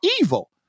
evil